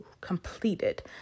completed